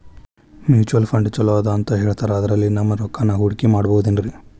Mutual fund ಛಲೋ ಅದಾ ಅಂತಾ ಹೇಳ್ತಾರ ಅದ್ರಲ್ಲಿ ನಮ್ ರೊಕ್ಕನಾ ಹೂಡಕಿ ಮಾಡಬೋದೇನ್ರಿ?